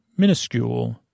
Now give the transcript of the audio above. Minuscule